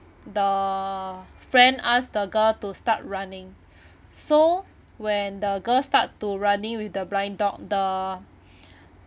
the friend asked the girl to start running so when the girl start to running with the blind dog the